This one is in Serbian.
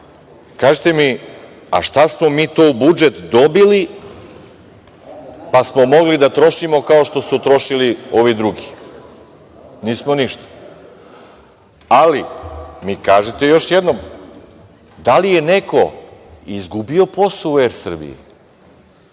kažite mi a šta smo mi to u budžet dobili, pa smo mogli da trošimo, kao što su trošili ovi drugi? Nismo ništa. Ali, kažite mi još jedno - da li je neko izgubio posao u Er Srbiji,